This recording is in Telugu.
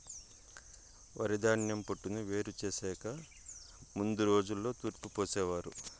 వరిధాన్యం పొట్టును వేరు చేసెకి ముందు రోజుల్లో తూర్పు పోసేవారు